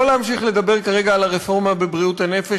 לא להמשיך לדבר כרגע על הרפורמה בבריאות הנפש,